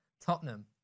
Tottenham